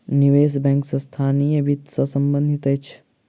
निवेश बैंक संस्थानीय वित्त सॅ संबंधित अछि